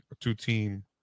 two-team